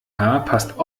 passt